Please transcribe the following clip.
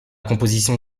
composition